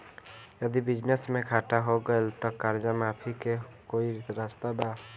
यदि बिजनेस मे घाटा हो गएल त कर्जा माफी के कोई रास्ता बा?